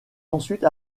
ensuite